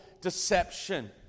deception